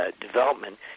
development